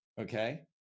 Okay